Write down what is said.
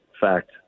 fact